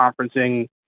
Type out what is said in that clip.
conferencing